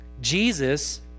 Jesus